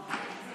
בתוך הבית הזה